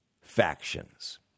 factions